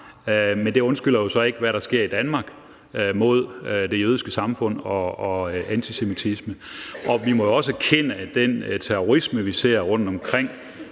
men det undskylder jo så ikke, hvad der sker i Danmark mod det jødiske samfund og af antisemitisme. Vi må også erkende, at den terrorisme, vi ser rundtomkring,